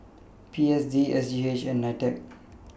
P S D S G H and NITEC